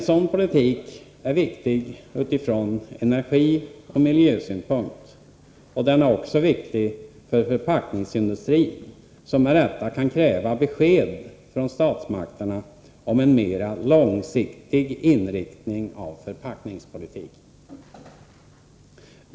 En sådan politik är viktig utifrån energioch miljösynpunkt, och den är också viktig för förpackningsindustrin, som med rätta kan kräva besked från statsmakterna om en mera långsiktig inriktning av förpackningspolitiken.